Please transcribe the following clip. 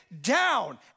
down